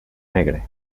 negre